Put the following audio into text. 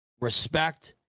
respect